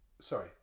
sorry